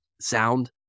sound